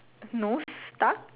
nose stuck